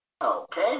Okay